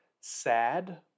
sad